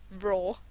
raw